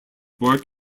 work